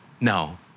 no